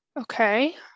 Okay